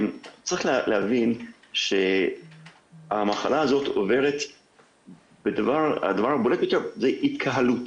צריך להבין שהמחלה הזאת עוברת והדבר הבולט ביותר זה התקהלות.